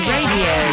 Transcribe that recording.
Radio